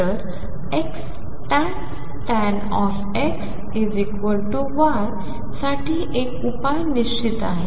तर Xtan X Y साठी एक उपाय निश्चित आहे